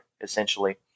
essentially